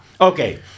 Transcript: okay